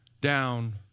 down